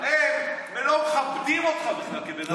הם לא מכבדים אותך בכלל כבן אדם.